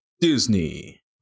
Disney